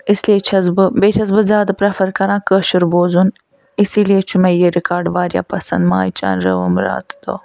اِسی لیے چھَس بہٕ بیٚیہِ چھَس بہٕ زیادٕ پرٛٮ۪فر کَران کٲشُر بوزُن اِسی لیے چھُ مےٚ یہِ رِکاڈ وارِیاہ پسنٛد مایہِ چانہِ رٲوٕم رات تہٕ دۄہ